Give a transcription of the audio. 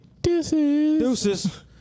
Deuces